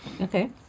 okay